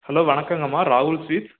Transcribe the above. hello வணக்கங்கம்மா ராகுல் sweets